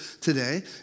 today